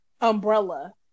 umbrella